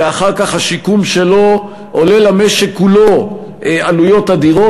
ואחר כך השיקום שלו עולה למשק כולו עלויות אדירות.